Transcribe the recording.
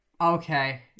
Okay